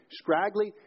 scraggly